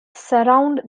surround